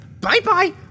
Bye-bye